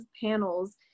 panels